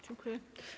Dziękuję.